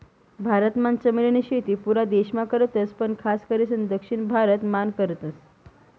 भारत मान चमेली नी शेती पुरा देश मान करतस पण खास करीसन दक्षिण भारत मान करतस